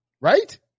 right